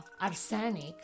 arsenic